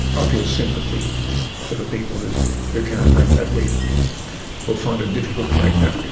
ah feel sympathy for the people who who can't make that leap or find it difficult to make that leap,